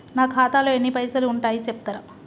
నా ఖాతాలో ఎన్ని పైసలు ఉన్నాయి చెప్తరా?